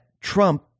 Trump